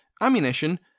ammunition